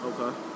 okay